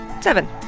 Seven